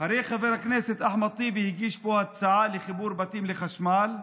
הרי חבר הכנסת אחמד טיבי הגיש פה הצעה לחיבור בתים לחשמל.